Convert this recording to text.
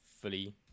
fully